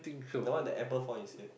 the one a apple fall on his head